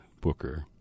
Booker